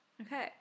Okay